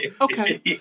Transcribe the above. okay